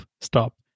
stop